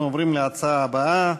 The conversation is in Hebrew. אנחנו עוברים להצעה הבאה: